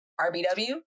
RBW